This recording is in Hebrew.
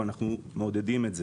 ואנחנו מעודדים את זה.